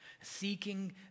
seeking